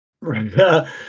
Right